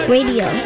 Radio